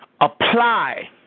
Apply